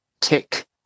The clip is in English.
Tick